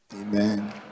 amen